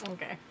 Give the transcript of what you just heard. Okay